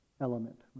element